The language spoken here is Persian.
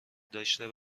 داشته